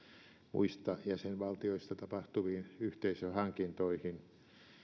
muista jäsenvaltioista tapahtuviin yhteisöhankintoihin